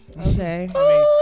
Okay